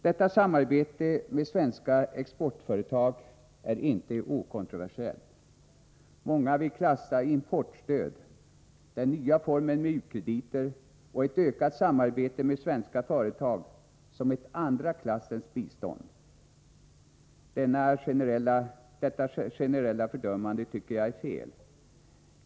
Detta samarbete med svenska exportföretag är inte okontroversiellt. Många vill klassa importstöd, den nya formen med u-krediter och ett ökat samarbete med svenska företag som ”ett andra klassens bistånd”. Detta generella fördömande tycker jag är fel.